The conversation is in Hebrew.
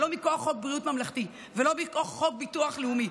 ולא מכוח חוק בריאות ממלכתי ולא מכוח חוק ביטוח לאומי,